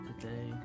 today